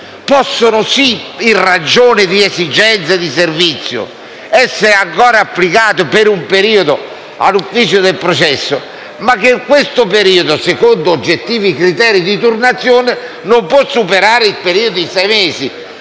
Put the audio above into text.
possono, in ragione di esigenze di servizio, essere ancora applicati per un periodo all'ufficio per il processo, periodo che, secondo oggettivi criteri di turnazione, non può però superare i sei mesi.